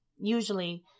usually